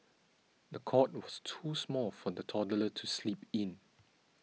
the cot was too small for the toddler to sleep in